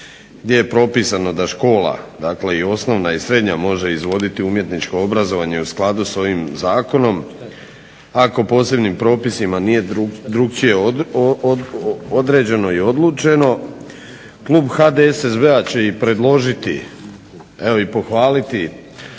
gdje je propisano da škola, dakle i osnovna i srednja može izvoditi umjetničko obrazovanje u skladu s ovim zakonom ako posebnim propisima nije drukčije određeno i odlučeno. Klub HDSSB-a će i predložiti,